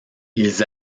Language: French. ils